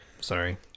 Sorry